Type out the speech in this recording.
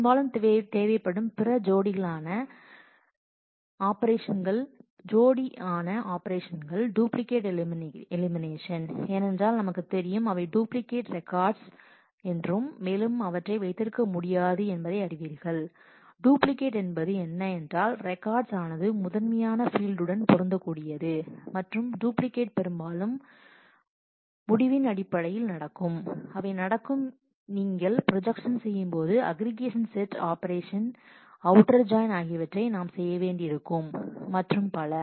பெரும்பாலும் தேவைப்படும் பிற ஜோடி ஆன ஆபரேஷன்கள் டூப்ளிகேட் எலிமினேஷன் ஏனென்றால் நமக்கு தெரியும் அவை டூப்ளிகேட் ரெக்கார்டஸ் என்று மேலும் அவற்றை வைத்திருக்க முடியாது என்பதை அறிவீர்கள் டூப்ளிகேட் என்பது என்ன என்றால் ரெக்கார்டஸ் ஆனது முதன்மையான பீல்டு உடன் பொருந்தக்கூடியது மற்றும் டூப்ளிகேட் பெரும்பாலும் முடிவின் அடிப்படையில் நடக்கும் அவை நடக்கும் நீங்கள் ப்ரொஜெக்ஷன் செய்யும் போது aggregation set operation outer join ஆகியவற்றை நாம் செய்ய வேண்டியிருக்கும் மற்றும் பல